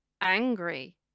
angry